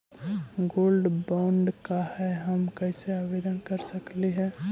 Gold bond का है, हम कैसे आवेदन कर सकली ही?